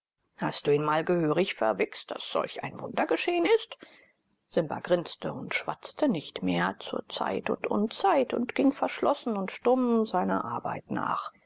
hast du ihn mal gehörig verwichst daß solch ein wunder geschehen ist simba grinste und schwatzte nicht mehr zur zeit und unzeit und ging verschlossen und stumm seiner arbeit nach